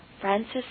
Francis